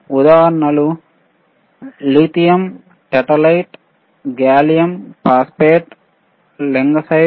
ఉదాహరణలు లిథియం టేటనైట్ gallium phosphate లింగ సైట్